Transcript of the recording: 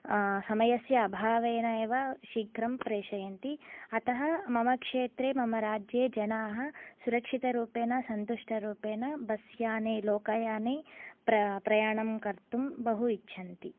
समयस्य अभावेन एव शीघ्रं प्रेषयन्ति अतः मम क्षेत्रे मम राज्ये जनाः सुरक्षितरूपेण सन्तुष्टरूपेण बस्याने लोकयाने प्र प्रयाणं कर्तुं बहु इच्छन्ति